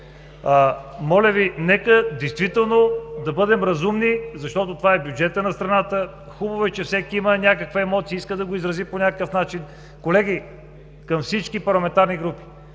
Моля Ви, нека действително да бъдем разумни, защото това е бюджетът на страната. Хубаво е, че всеки има някаква емоция, иска да го изрази по някакъв начин. Колеги – към всички парламентарни групи,